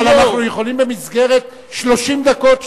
אבל אנחנו יכולים במסגרת 30 דקות,